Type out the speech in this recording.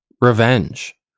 revenge